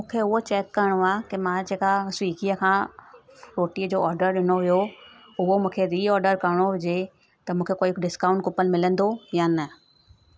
मूंखे उहो चैक करिणो आहे की मां जेका स्विगीअ खां रोटी जो ऑडरु ॾिनो हुयो उहो मूंखे री ऑडरु करिणो हुजे त मूंखे कोई डिस्काउंट कूपन मिलंदो या न